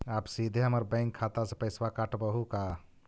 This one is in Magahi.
आप सीधे हमर बैंक खाता से पैसवा काटवहु का?